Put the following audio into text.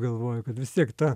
galvojo kad vis tiek ta